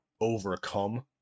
overcome